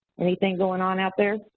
anything going on out there?